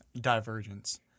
divergence